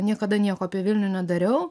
niekada nieko apie vilnių nedariau